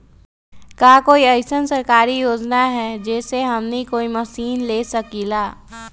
का कोई अइसन सरकारी योजना है जै से हमनी कोई मशीन ले सकीं ला?